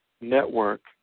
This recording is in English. network